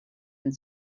and